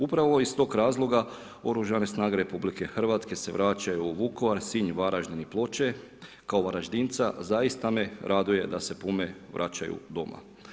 Upravo iz tog razloga Oružane snage RH se vraćaju u Vukovar, Sinj, Varaždin i Ploče, kao Varaždinca zaista me raduje da se Pume vraćaju doma.